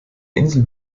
insel